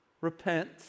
repent